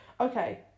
Okay